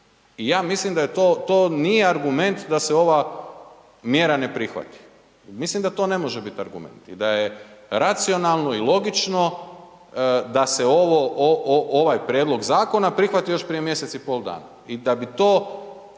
I ja mislim da to nije argument da se ova mjera ne prihvati. Mislim da to ne može biti argument. I da je racionalno i logično da se ovo, ovaj prijedlog zakona prihvatio još mjesec i pol dana i da bi to